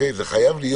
צריך להיות